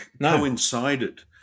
coincided